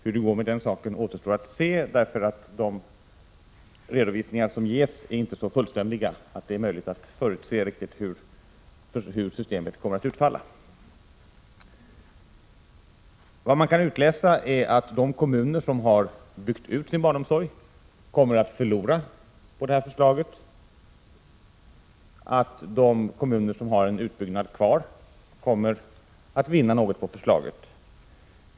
Hur det går med den saken återstår att se, eftersom de redovisningar som gesinte är så fullständiga att det är möjligt att riktigt förutse hur systemet kommer att utfalla. Man kan utläsa att de kommuner som har en byggt ut sin barnomsorg kommer att förlora på det här förslaget och att de kommuner som har utbyggnad kvar kommer att vinna något på förslaget.